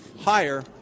higher